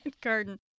garden